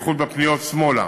בייחוד בפניות שמאלה,